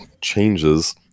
changes